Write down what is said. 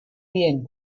bien